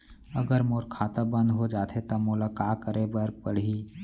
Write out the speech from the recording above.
अगर मोर खाता बन्द हो जाथे त मोला का करे बार पड़हि?